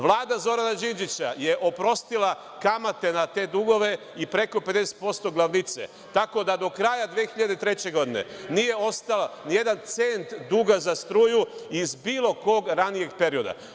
Vlada Zorana Đinđića je oprostila kamate na te dugove i preko 50% glavnice, tako da do kraja 2003. godine nije ostao nijedan cent duga za struju iz bilo kog ranijeg perioda.